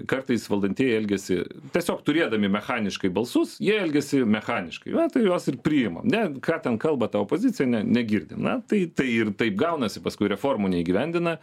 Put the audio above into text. kartais valdantieji elgiasi tiesiog turėdami mechaniškai balsus jie elgiasi mechaniškai va tai juos ir priima ne ką ten kalba ta opozicija ne negirdi na tai tai ir taip gaunasi paskui reformų neįgyvendina